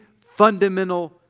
fundamental